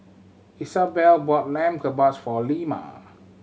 Isabelle bought Lamb Kebabs for Lemma